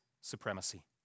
supremacy